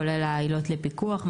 כולל העילות לפיקוח,